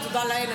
ותודה לאל,